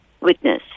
witness